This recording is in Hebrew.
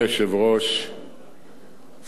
שרי הממשלה, חברי הכנסת,